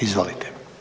Izvolite.